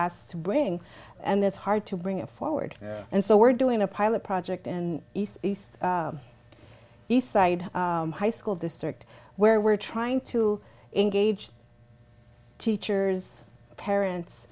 asked to bring and that's hard to bring it forward and so we're doing a pilot project and east east east side high school district where we're trying to engage teachers parents